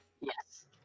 Yes